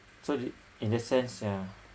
so in that sense yeah